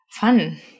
Fun